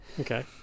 Okay